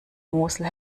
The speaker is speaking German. mosel